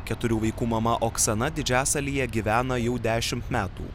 keturių vaikų mama oksana didžiasalyje gyvena jau dešimt metų